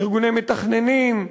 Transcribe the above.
ארגוני מתכננים,